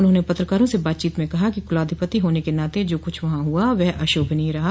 उन्होंने पत्रकारों से सबातचीत में कहा कि कुलाधिपति होने के नाते जो कुछ वहां हुआ वह अशोभनीय रहा